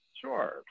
sure